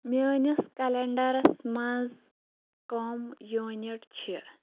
میٛٲنِس کَلَنڈَرَس منٛز کٕم یوٗنِٹ چھِ